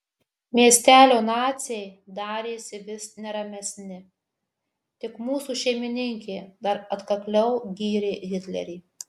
miestelio naciai darėsi vis neramesni tik mūsų šeimininkė dar atkakliau gyrė hitlerį